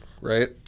right